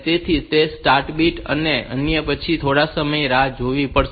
તેથી તે start bit હશે અને પછી આપણે થોડો સમય રાહ જોવી પડશે